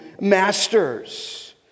masters